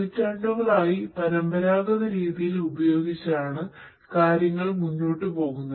പതിറ്റാണ്ടുകളായി പരമ്പരാഗത രീതികൾ ഉപയോഗിച്ചാണ് കാര്യങ്ങൾ മുന്നോട്ട് കൊണ്ടുപോകുന്നത്